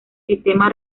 sistema